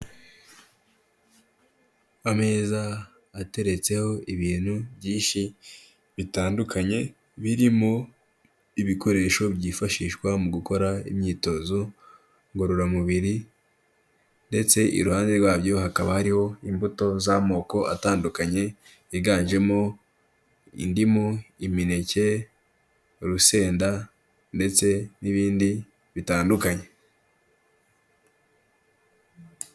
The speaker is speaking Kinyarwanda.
Ameza ateretseho ibintu byinshi bitandukanye, birimo ibikoresho byifashishwa mu gukora imyitozo ngororamubiri, ndetse iruhande rwabyo hakaba hariho imbuto z'amoko atandukanye, higanjemo indimu, imineke, urusenda, ndetse n'ibindi bitandukanye.